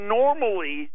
normally